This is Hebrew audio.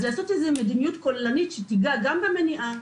לעשות איזו מדיניות כוללנית שתיגע גם במניעה,